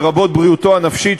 לרבות בריאותו הנפשית,